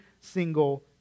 single